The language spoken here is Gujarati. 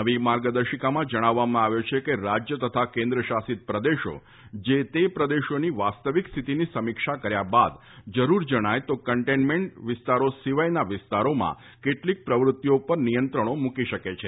નવી માર્ગદર્શિકામાં જણાવવામાં આવ્યું છે કે રાજ્ય તથા કેન્દ્ર શાસિત પ્રદેશો જે તે પ્રદેશોની વાસ્તવિક સ્થિતિની સમીક્ષા કર્યા બાદ જરૂર જણાય તો કન્ટેઇનમેન્ટ વિસ્તારો સિવાયના વિસ્તારોમાં કેટલીક પ્રવૃત્તીઓ ઉપર નિયંત્રણો મૂકી શકે છે